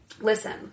Listen